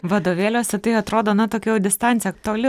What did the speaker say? vadovėliuose tai atrodo na tokia jau distancija toli